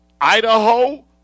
Idaho